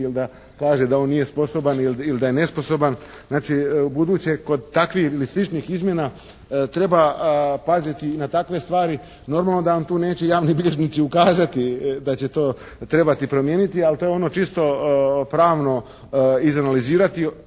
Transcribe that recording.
ili da kaže da on nije sposoban il' da je nesposoban. Znači ubuduće kod takvih ili sličnih izmjena treba paziti na takve stvari. Normalno da vam tu neće javni bilježnici ukazati da će to trebati promijeniti ali to je ono čisto pravno izanalizirati